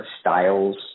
styles